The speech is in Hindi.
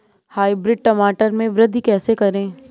हाइब्रिड टमाटर में वृद्धि कैसे करें?